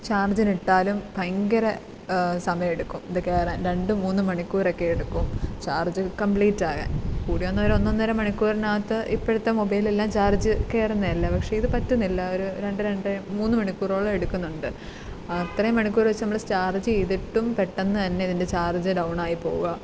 ചാർജിനിട്ടാലും ഭയങ്കര സമയെടുക്കും ഇത് കയറാൻ രണ്ട് മൂന്ന് മണിക്കൂറക്കേടുക്കും ചാർജ് കംപ്ലീറ്റാകാൻ കൂടി വന്നാല് ഒരൊന്നൊന്നര മണിക്കൂറിനകത്ത് ഇപ്പോഴത്തെ മൊബൈലെല്ലാം ചാർജ് കയറുന്നേല്ലേ പക്ഷെ ഇത് പറ്റുന്നില്ല ഒരു രണ്ട് രണ്ടര മൂന്ന് മണിക്കൂറോളം എടുക്കുന്നുണ്ട് അത്രയും മണിക്കൂറ് വെച്ച് നമ്മള് ചാർജ് ചെയ്തിട്ടും പെട്ടെന്നു തന്നെ ഇതിൻ്റെ ചാർജ് ഡൗണായി പോവുകയാണ്